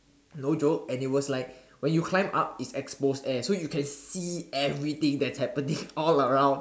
no joke and it was like when you climb up it's exposed air so you can see everything that's happening all around